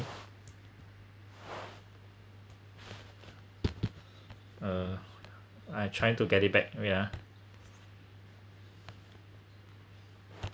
uh I trying to get it back okay yeah